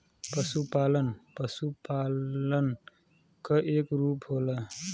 पसुपालन पसुपालन क एक रूप होला